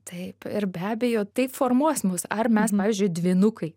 taip ir be abejo tai formuos mus ar mes pavyzdžiui dvynukai